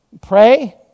pray